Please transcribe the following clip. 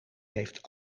heeft